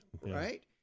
Right